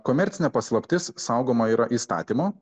komercinė paslaptis saugoma yra įstatymo